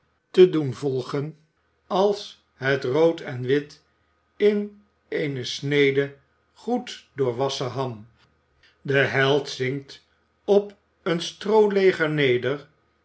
te doen volgen als het rood en wit in eene snede goed doorwassen ham de held zinkt op een strooleger neder